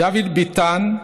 דוד ביטן,